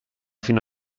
fino